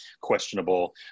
questionable